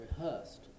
rehearsed